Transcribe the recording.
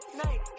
night